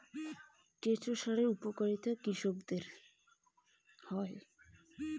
কেঁচো সারের উপকারিতা?